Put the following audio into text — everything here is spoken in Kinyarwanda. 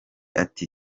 ati